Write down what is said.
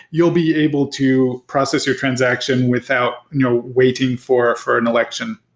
you will be able to process your transaction without you know waiting for for an election.